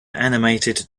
animated